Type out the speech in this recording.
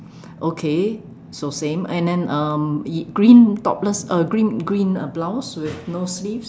okay so same and then um green topless uh green green uh blouse with no sleeves